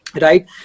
Right